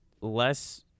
less